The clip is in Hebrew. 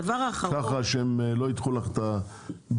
כדי שהם לא יידחו לך את הבקשה.